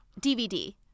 DVD